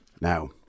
Now